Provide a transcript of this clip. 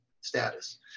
status